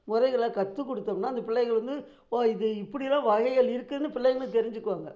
முறைகளை கற்றுக் கொடுத்தோம்னா அந்த பிள்ளைகள் வந்து ஓ இதில் இப்படிலாம் வகைகள் இருக்குன்னு பிள்ளைங்களும் தெரிஞ்சுக்குவாங்க